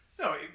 No